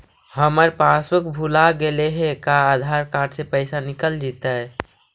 हमर पासबुक भुला गेले हे का आधार कार्ड से पैसा निकल जितै?